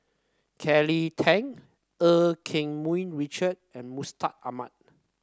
Kelly Tang Eu Keng Mun Richard and Mustaq Ahmad